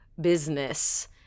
business